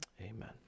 Amen